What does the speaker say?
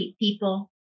people